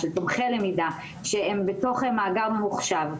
של תומכי למידה שהם בתוך מאגר ממוחשב,